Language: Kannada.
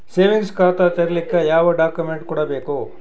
ಸೇವಿಂಗ್ಸ್ ಖಾತಾ ತೇರಿಲಿಕ ಯಾವ ಡಾಕ್ಯುಮೆಂಟ್ ಕೊಡಬೇಕು?